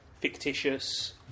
fictitious